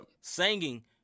singing